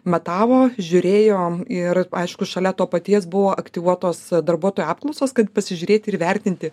matavo žiūrėjom ir aišku šalia to paties buvo aktyvuotos darbuotojų apklausos kad pasižiūrėt ir įvertinti